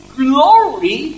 glory